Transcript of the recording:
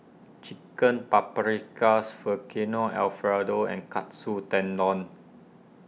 Chicken Paprikas Alfredo and Katsu Tendon